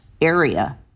area